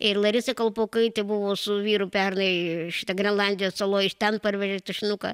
ir larisa kalpokaitė buvo su vyru pernai šita grenlandijos saloj iš ten parvežė tušinuką